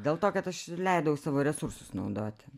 dėl to kad aš leidau savo resursus naudoti